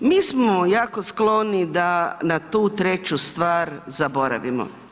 Mi smo jako skloni da na tu treću stvar zaboravimo.